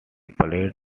played